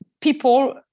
people